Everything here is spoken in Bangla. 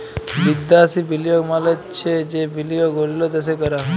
বিদ্যাসি বিলিয়গ মালে চ্ছে যে বিলিয়গ অল্য দ্যাশে ক্যরা হ্যয়